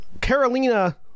Carolina